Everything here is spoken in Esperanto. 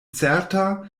certa